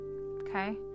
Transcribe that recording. okay